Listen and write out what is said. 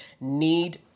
need